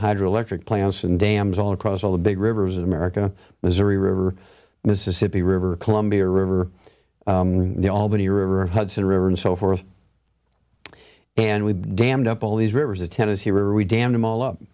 hydroelectric plants and dams all across all the big rivers of america missouri river mississippi river columbia river the albany river hudson river and so forth and we dammed up all these rivers the tennessee river we dammed them all up